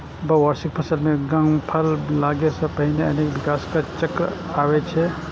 बहुवार्षिक फसल मे फल लागै सं पहिने अनेक विकास चक्र आबै छै